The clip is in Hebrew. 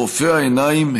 רופא העיניים,